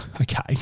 Okay